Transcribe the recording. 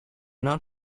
not